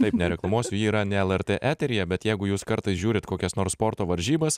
taip nereklamuosiu ji yra ne lrt eteryje bet jeigu jūs kartais žiūrit kokias nors sporto varžybas